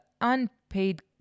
unpaid